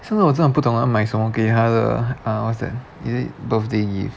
是我真的不懂要买什么给她的 uh what's that is it birthday gift